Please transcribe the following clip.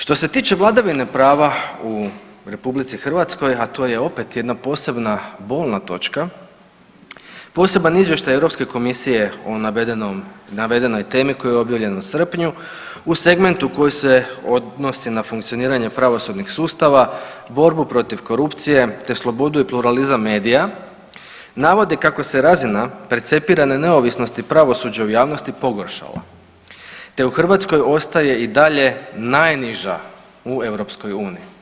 Što se tiče vladavine prava u RH, a to je opet jedna posebna bolna točka, poseban izvještaj Europske komisije o navedenom, navedenoj temi koji je objavljen u srpnju u segmentu koji se odnosi na funkcioniranje pravosudnih sustava borbu protiv korupcije te slobodu i pluralizam medija navode kako se razina percepirane neovisnosti pravosuđa u javnosti pogoršala te u Hrvatskoj ostaje i dalje najniža u EU.